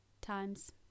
times